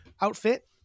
Outfit